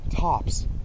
tops